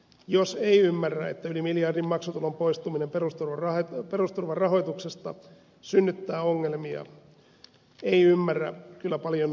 jos ei ymmärrä että yli miljardin maksutulon poistuminen perusturvan rahoituksesta synnyttää ongelmia ei ymmärrä kyllä paljon muutakaan